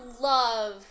love